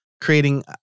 creating